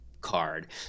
card